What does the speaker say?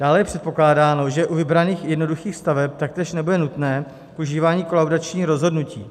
Dále je předpokládáno, že u vybraných jednoduchých staveb taktéž nebude nutné k užívání kolaudační rozhodnutí.